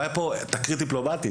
הייתה פה תקרית דיפלומטית.